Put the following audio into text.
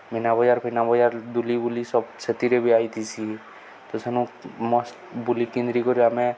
ମିନାବଜାର୍ ଫିନାବଜାର୍ ଦୁଲି ବୁଲି ସବ୍ ସେଥିରେ ବି ଆଇଥିସି ତ ସେନୁ ମସ୍ତ ବୁଲି କିନ୍ଦ୍ରି କରି ଆମେ